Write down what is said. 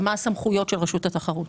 ומה הסמכויות של רשות התחרות.